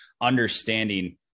understanding